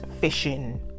fishing